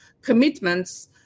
Commitments